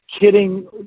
kidding